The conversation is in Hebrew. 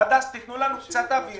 עד אז תנו לנו קצת אוויר